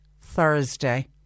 Thursday